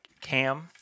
Cam